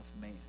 man